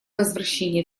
возвращения